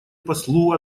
послу